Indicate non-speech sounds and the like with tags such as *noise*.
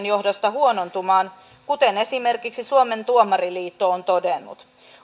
*unintelligible* johdosta huonontumaan kuten esimerkiksi suomen tuomariliitto on todennut